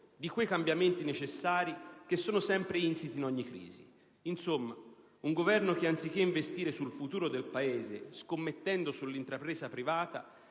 di quei cambiamenti necessari che sono sempre insiti in ogni crisi. Insomma, un Governo che, anziché investire sul futuro del Paese scommettendo sull'intrapresa privata,